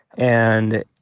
and